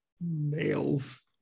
Nails